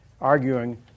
arguing